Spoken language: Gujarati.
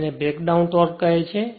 જેને બ્રેકડાઉન ટોર્ક કહે છે